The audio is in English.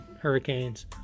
hurricanes